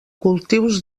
cultius